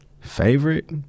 favorite